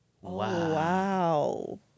wow